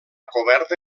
coberta